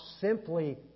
simply